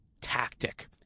tactic